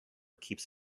keeps